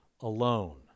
alone